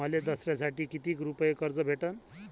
मले दसऱ्यासाठी कितीक रुपये कर्ज भेटन?